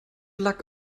luck